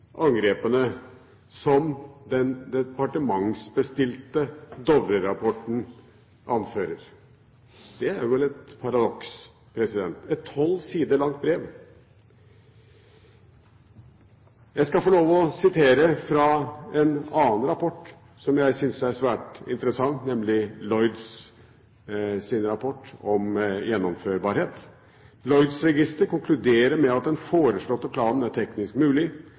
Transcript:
angrepene som den departementsbestilte Dovre-rapporten anfører. Det er vel et paradoks. Jeg skal få lov til å sitere fra en annen rapport, som jeg synes er svært interessant, nemlig Lloyd's rapport om gjennomførbarhet: «Lloyd's Register konkluderer med at den foreslåtte planen er teknisk